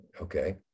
okay